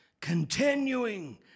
continuing